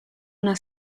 una